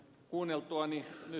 arvoisa puhemies